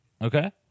Okay